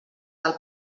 del